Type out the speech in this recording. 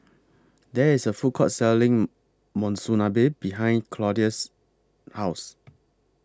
There IS A Food Court Selling Monsunabe behind Claude's House